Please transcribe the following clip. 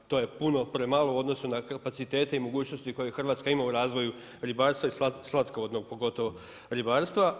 To je puno premalo u odnosu na kapacitete i mogućnosti koje Hrvatska ima u razvoju ribarstva slatkovodnog pogotovo ribarstva.